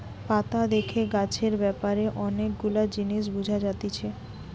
পাতা দেখে গাছের ব্যাপারে অনেক গুলা জিনিস বুঝা যাতিছে